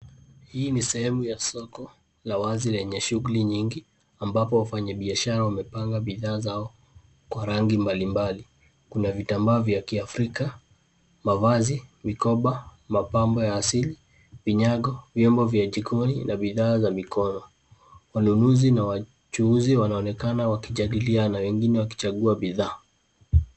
Hii ni sehemu ya soko la wazi lenye shughuli nyingi ambapo wafanyabiashara wamepanga bidhaa zao kwa rangi mbalimbali. Kuna vitambaa vya kiafrika, mavazi, mikoba, mapambo ya asili, vinyago, vyombo vya jikoni na bidhaa za mikono. Wanunuzi na wachuuzi wanaonekana wakijadiliana wengine wakichagua bidhaa.